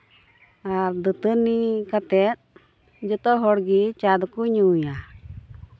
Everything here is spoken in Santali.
ᱟᱨ ᱫᱟᱹᱛᱟᱹᱱᱤ ᱠᱟᱛᱮᱫ ᱡᱚᱛᱚ ᱦᱚᱲ ᱜᱤ ᱪᱟ ᱫᱚᱠᱚ ᱧᱩᱭᱟ